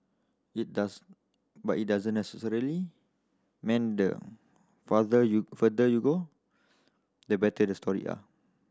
it does but it doesn't necessarily mean the farther you further you go the better your story are